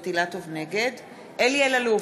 נגד אלי אלאלוף,